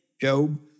Job